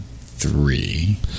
three